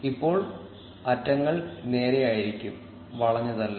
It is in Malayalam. ഇപ്പോൾ അറ്റങ്ങൾ നേരെയായിരിക്കും വളഞ്ഞതല്ല